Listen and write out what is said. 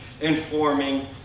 informing